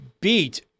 beat